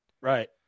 Right